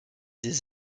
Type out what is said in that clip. des